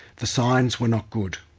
the signs were not good.